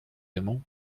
aimons